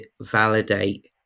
validate